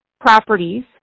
properties